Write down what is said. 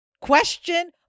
question